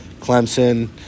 Clemson